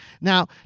Now